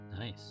nice